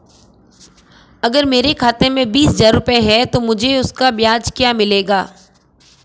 अगर मेरे खाते में बीस हज़ार रुपये हैं तो मुझे उसका ब्याज क्या मिलेगा?